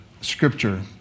Scripture